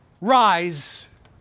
rise